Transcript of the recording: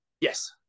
Yes